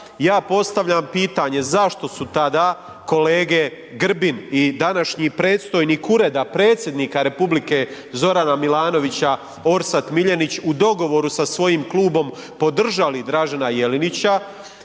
Ja postavljam pitanje. Zašto su tada kolege Grbin i današnji predstojnik Ureda predsjednika Republike Zorana Milanovića, Orsat Miljenić u dogovoru sa svojim klubom podržali Dražena Jelinića?